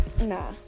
Nah